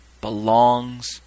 belongs